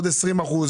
עוד 20%?